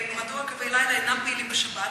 מדוע קווי הלילה אינם פעילים בשבת,